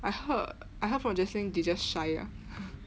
I heard I heard from jeslyn they just shy ah